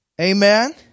Amen